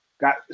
got